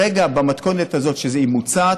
במתכונת הזו שמוצעת,